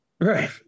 Right